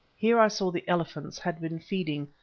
here i saw the elephants had been feeding,